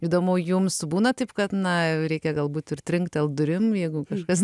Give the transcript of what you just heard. įdomu jums būna taip kad na reikia galbūt ir trinktelti durim jeigu kažkas